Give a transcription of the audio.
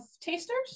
tasters